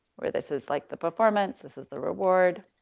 where this is, like, the performance, this is the reward,